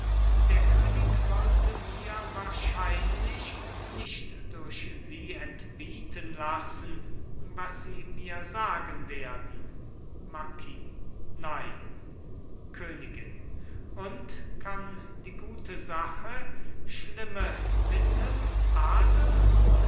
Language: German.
der könig wollte mir wahrscheinlich nicht durch sie entbieten lassen was sie mir sagen werden marquis nein königin und kann die gute sache schlimme mittel